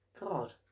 God